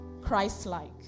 Christ-like